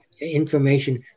information